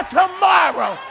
tomorrow